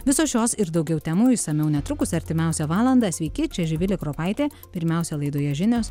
visos šios ir daugiau temų išsamiau netrukus artimiausią valandą sveiki čia živilė kropaitė pirmiausia laidoje žinios